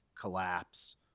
collapse